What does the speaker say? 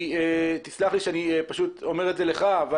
היא תסלח לי שאני אומר את זה לך אבל